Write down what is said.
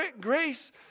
grace